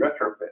retrofit